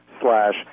slash